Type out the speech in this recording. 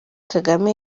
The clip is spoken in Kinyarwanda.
kagame